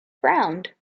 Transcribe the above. frowned